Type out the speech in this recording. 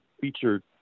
featured